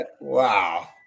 Wow